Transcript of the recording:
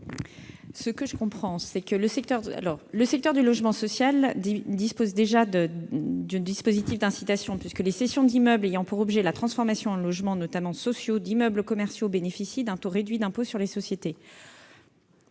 l'avis du Gouvernement ? Le secteur du logement social dispose déjà du dispositif d'incitation, puisque les cessions d'immeubles ayant pour objet la transformation en logements, notamment sociaux, d'immeubles commerciaux ouvrent droit à un taux réduit d'impôt sur les sociétés.